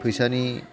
फैसानि